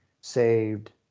saved